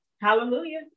hallelujah